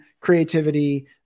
creativity